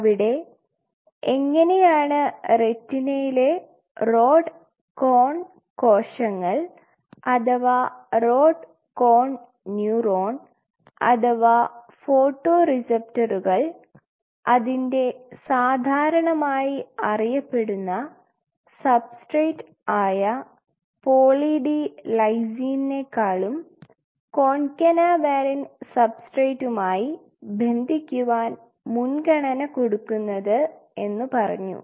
അവിടെ എങ്ങനെയാണ് റെറ്റിനയിലെ റോഡ് കോൺ കോശങ്ങൾ അഥവാ റോഡ് കോൺ ന്യൂറോൺ അഥവാ ഫോടോറിസെപ്റ്ററുകൾ അതിൻറെ സാധാരണമായി അറിയപ്പെടുന്ന സബ്സ്ട്രേറ്റ് ആയ പോളി ഡി ലൈസിൻക്കാളും കോൺനാവലിൻ സബ്സ്ട്രേറ്റ് മായി ബന്ധിക്കുവാൻ മുൻഗണന കൊടുക്കുന്നത് എന്ന് പറഞ്ഞു